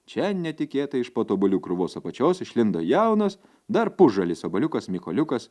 čia netikėtai iš po tų obuolių krūvos apačios išlindo jaunas dar pusžalis obuoliukas mykoliukas